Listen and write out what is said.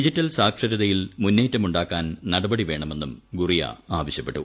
digital സാക്ഷരയിൽ മുന്നേറ്റം ഉണ്ടാക്കാൻ നടപടി വേണമെന്നും ഗുറിയ ആവശ്യപ്പെട്ടു